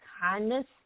kindness